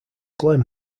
glen